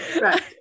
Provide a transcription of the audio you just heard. Right